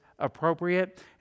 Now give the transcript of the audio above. Appropriate